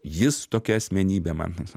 jis tokia asmenybė man